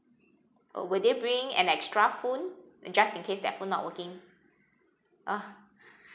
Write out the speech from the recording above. uh will they bring an extra phone just in case that phone not working ah